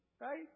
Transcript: Right